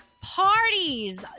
Parties